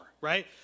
right